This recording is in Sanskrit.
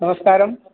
नमस्कारः